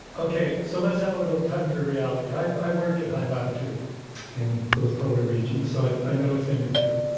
okay, so let's have a little tundra reality. i i work at high latitude in both polar regions, so i i know a thing or two.